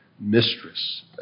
mistress